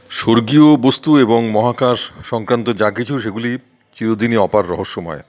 স্বর্গীয় বস্তু এবং মহাকাশ সংক্রান্ত যা কিছু সেগুলি চিরদিনই অপার রহস্যময়